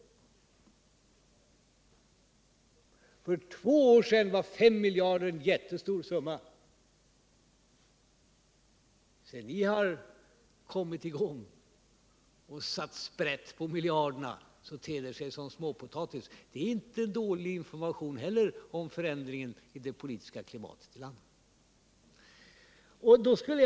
För två år sedan var 5 miljarder en jättestor summa. Sedan ni kommit i gång och satt sprätt på miljarderna ter det sig som småpotatis. Det är inte heller dålig information om förändringen i det politiska klimatet i landet.